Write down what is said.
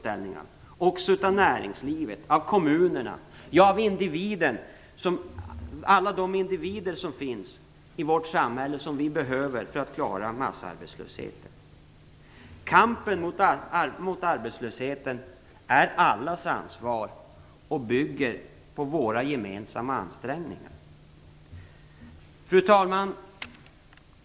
Det gäller också näringslivet, kommunerna och alla de individer som finns i samhället som behövs för att klara massarbetslösheten. Kampen mot arbetslösheten är allas ansvar och bygger på våra gemensamma ansträngningar. Fru talman!